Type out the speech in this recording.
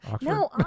No